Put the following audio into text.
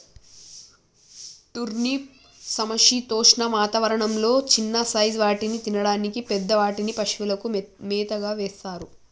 turnip సమశీతోష్ణ వాతావరణం లొ చిన్న సైజ్ వాటిని తినడానికి, పెద్ద వాటిని పశువులకు మేతగా వేస్తారు